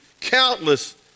countless